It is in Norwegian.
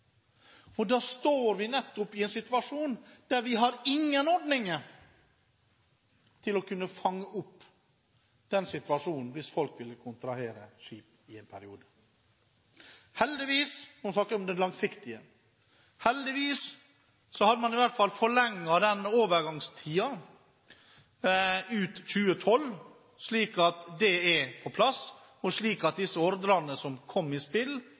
Og da står vi i en situasjon uten ordninger til å kunne fange opp den situasjonen hvis folk ville kontrahere skip i en periode. Nå snakker jeg om det langsiktige. Heldigvis hadde man i hvert fall forlenget den overgangstiden til ut 2012, slik at det er på plass, og slik at disse ordrene som kom i spill,